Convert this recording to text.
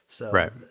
Right